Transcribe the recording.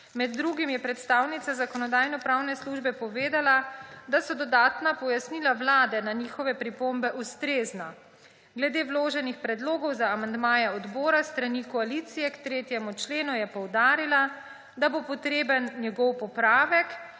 Med drugim je predstavnica Zakonodajno-pravne službe povedala, da so dodatna pojasnila Vlade na njihove pripombe ustrezna. Glede vloženih predlogov za amandmaje odbora s strani koalicije k 3. členu je poudarila, da bo potreben njegov popravek,